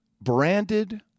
branded